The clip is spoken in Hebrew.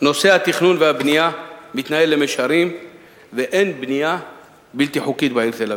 נושא התכנון והבנייה מתנהל למישרין ואין בנייה בלתי חוקית בעיר תל-אביב.